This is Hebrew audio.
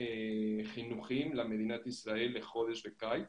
חינוכיות במדינת ישראל לחודש בקיץ,